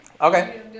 Okay